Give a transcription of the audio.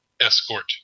escort